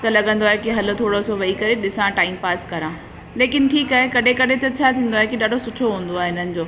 त लॻंदो आहे कि हलु थोरोसो वेई करे ॾिसां टाइम पास करा लेकिनि ठीकु आहे कॾहिं कॾहिं त छा थींदो आहे कि ॾाढो सुठो हूंदो आहे इन्हनि जो